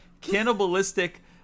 cannibalistic